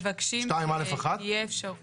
אנחנו